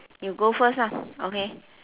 you go first ah okay